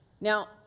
Now